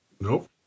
Nope